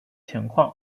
情况